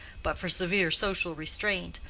but for severe social restraint,